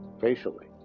facially